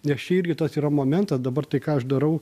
nes čia irgi tas yra momentas dabar tai ką aš darau